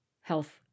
health